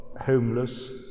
homeless